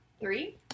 Three